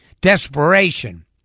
desperation